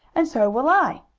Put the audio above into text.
and so will i.